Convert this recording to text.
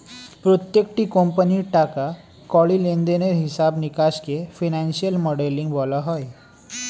প্রত্যেকটি কোম্পানির টাকা কড়ি লেনদেনের হিসাব নিকাশকে ফিনান্সিয়াল মডেলিং বলা হয়